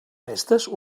festes